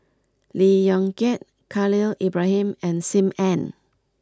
Lee Yong Kiat Khalil Ibrahim and Sim Ann